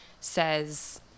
says